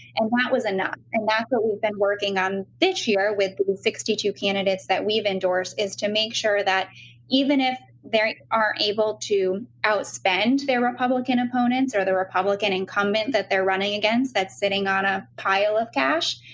and that was enough. and that's what we've been working on this year with sixty two candidates that we've endorsed, is to make sure that even if they aren't able to outspend their republican opponents or the republican incumbent that they're running against that sitting on a pile of cash,